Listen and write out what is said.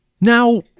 Now